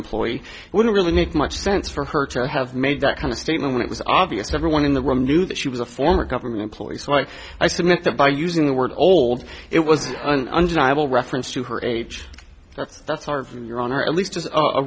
employee would it really make much sense for her to have made that kind of statement when it was obvious everyone in the room knew that she was a former government employee so i i submit that by using the word old it was an undeniable reference to her age that's hard for you your honor at least as a